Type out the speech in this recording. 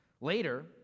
Later